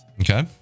Okay